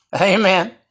Amen